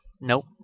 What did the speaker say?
nope